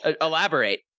Elaborate